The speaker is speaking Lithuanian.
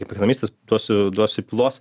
kaip ekonomistas duosiu duosiu pylos